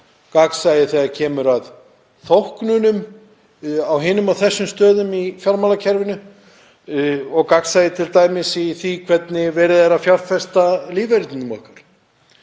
gagnsæi þegar kemur að þóknunum á hinum og þessum stöðum í fjármálakerfinu og gagnsæi í því hvernig verið er að fjárfesta lífeyrinum okkar.